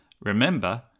Remember